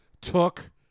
took